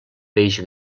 peix